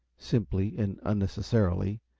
simply and unnecessarily,